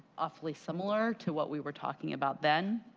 awfully similar to what we were talking about then.